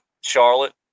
Charlotte